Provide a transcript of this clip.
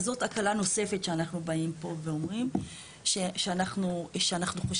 זאת הקלה נוספת שאנחנו באים פה ואומרים שאנחנו חושבים,